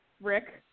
Rick